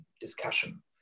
discussion